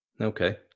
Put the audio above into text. Okay